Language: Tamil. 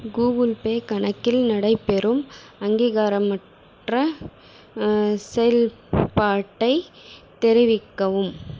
கூகுள் பே கணக்கில் நடைபெறும் அங்கீகாரமற்ற செயல்பாட்டை தெரிவிக்கவும்